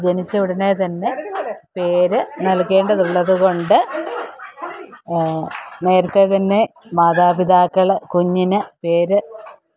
ജനിച്ച ഉടനെതന്നെ പേര് നല്കേണ്ടതുള്ളതുകൊണ്ട് നേരത്തെതന്നെ മാതാപിതാക്കൾ കുഞ്ഞിന് പേര്